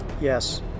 Yes